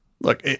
look